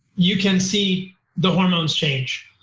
you can see the hormones change,